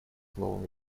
новыми